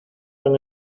van